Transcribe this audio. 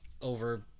over